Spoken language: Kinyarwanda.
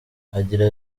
agira